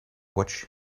watch